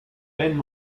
ben